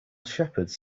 shepherds